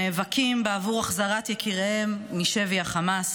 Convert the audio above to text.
נאבקים בעבור החזרת יקיריהם משבי חמאס.